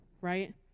right